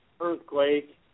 Earthquake